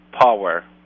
power